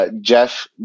Jeff